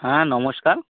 হ্যাঁ নমস্কার